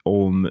om